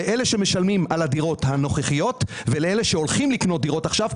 אלה שמשלמים על הדירות הנוכחיות ועל אלה שהולכים לקנות דירות עכשיו,